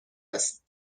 است